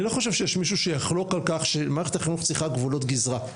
אני לא חושב שיש מישהו שיחלוק על כך שמערכת החינוך צריכה גבולות גזרה.